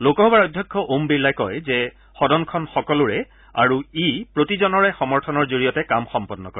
লোকসভাৰ অধ্যক্ষ ওম বিৰলাই কয় যে সদনখন সকলোৰে আৰু ই প্ৰতিজনৰে সমৰ্থনৰ জৰিয়তে কাম সম্পন্ন কৰে